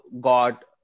got